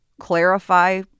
clarify